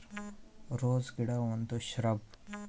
rose ಗಿಡ ಒಂದು shrub